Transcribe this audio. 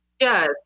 yes